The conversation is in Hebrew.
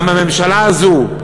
גם הממשלה הזו,